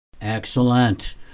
Excellent